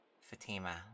Fatima